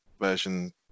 version